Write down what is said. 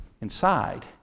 inside